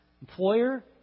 employer